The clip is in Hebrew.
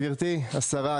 גברתי השרה,